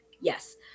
yes